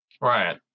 Right